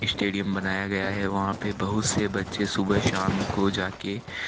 stadium बनाया गया है वहाँ पे बहुत से बच्चे सुबह शाम को जा कर